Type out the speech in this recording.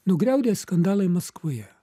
nugriaudėja skandalai maskvoje